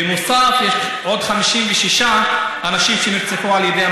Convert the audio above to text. להתפטר לנוכח הנתונים הקשים שאני הצגתי כאן.